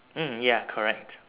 mm ya correct